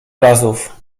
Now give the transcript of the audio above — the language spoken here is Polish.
razów